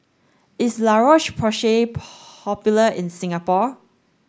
is La Roche Porsay popular in Singapore